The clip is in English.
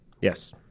Yes